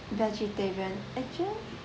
vegetarian actually